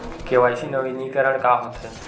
KYC नवीनीकरण का होथे?